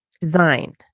design